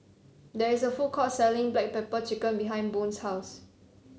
there is a food court selling Black Pepper Chicken behind Boone's house